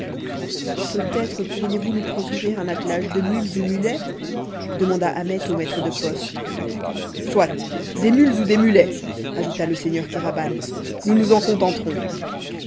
peut-être pourriez-vous nous procurer un attelage de mules ou mulets demanda ahmet au maître de poste soit des mules ou des mulets ajouta le seigneur kéraban nous nous en contenterons